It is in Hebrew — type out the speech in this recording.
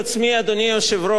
שאלה מרתקת,